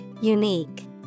unique